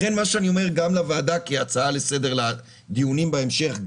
לכן אני אומר לוועדה כהצעה לסדר לדיונים בהמשך,